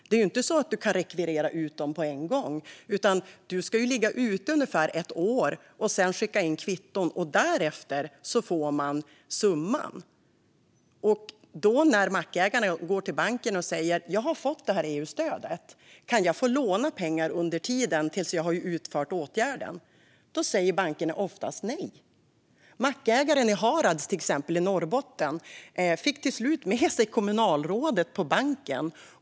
Det är inte så att man kan rekvirera ut dem på en gång, utan man ska ligga ute med dem ungefär ett år och skicka in kvitton. Därefter får man summan. När mackägarna går till banken och säger att de har fått EU-stöd och undrar om de kan få låna pengar tills åtgärden utförts säger bankerna oftast nej. Mackägaren i Harads i Norrbotten fick till slut med sig kommunalrådet på banken.